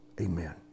amen